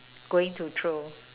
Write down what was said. going to throw